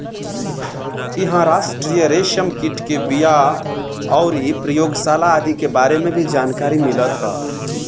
इहां राष्ट्रीय रेशम कीट के बिया अउरी प्रयोगशाला आदि के बारे में भी जानकारी मिलत ह